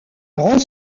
grand